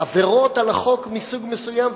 עבירות על החוק מסוג מסוים,